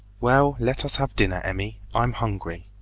well, let us have dinner, emmy i'm hungry.